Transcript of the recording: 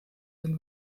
den